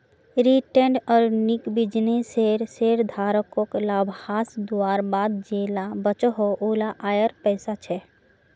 retained earning बिज्नेसेर शेयरधारकोक लाभांस दुआर बाद जेला बचोहो उला आएर पैसा छे